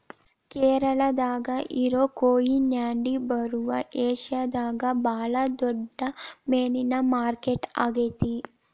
ಕೇರಳಾದಾಗ ಇರೋ ಕೊಯಿಲಾಂಡಿ ಬಂದರು ಏಷ್ಯಾದಾಗ ಬಾಳ ದೊಡ್ಡ ಮೇನಿನ ಮಾರ್ಕೆಟ್ ಆಗೇತಿ